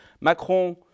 Macron